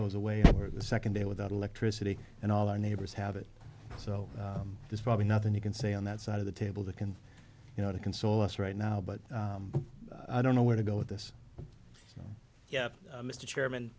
goes away after the second day without electricity and all our neighbors have it so there's probably nothing you can say on that side of the table that can you know to console us right now but i don't know where to go with this yeah mr chairman